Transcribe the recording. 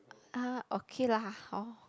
uh okay lah hor